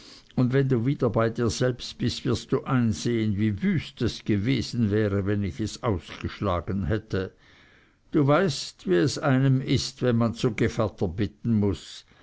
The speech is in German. und wenn du wieder bei dir selbst bist so wirst du einsehen wie wüst es gewesen wäre wenn ich es ausgeschlagen hätte du weißt wie es einem ist wenn man zu gevatter bitten muß